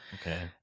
Okay